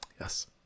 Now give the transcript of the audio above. Yes